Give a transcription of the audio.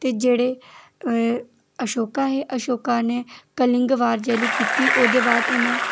ते जेह्ड़े आशोका हे आशोका ने कलिंग बार जदूं कीती ओह्दे बाद उ'नें